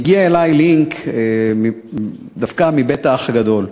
הגיע אלי לינק, דווקא מבית "האח הגדול".